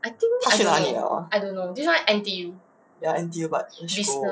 他去哪里 liao ah ya N_T_U but she go